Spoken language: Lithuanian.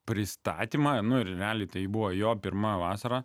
pristatymą nu ir realiai tai buvo jo pirma vasara